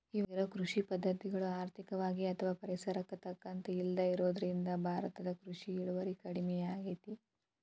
ಇವಾಗಿರೋ ಕೃಷಿ ಪದ್ಧತಿಗಳು ಆರ್ಥಿಕವಾಗಿ ಅಥವಾ ಪರಿಸರಕ್ಕೆ ತಕ್ಕಂತ ಇಲ್ಲದೆ ಇರೋದ್ರಿಂದ ಭಾರತದ ಕೃಷಿ ಇಳುವರಿ ಕಡಮಿಯಾಗೇತಿ